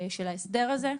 של ההסדר הזה.